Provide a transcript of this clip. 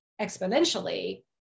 exponentially